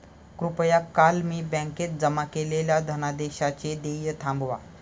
कृपया काल मी बँकेत जमा केलेल्या धनादेशाचे देय थांबवा